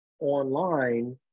online